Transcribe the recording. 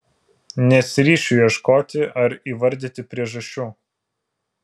nesiryšiu ieškoti ar įvardyti priežasčių